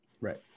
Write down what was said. Right